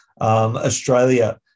Australia